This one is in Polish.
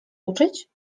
uczyć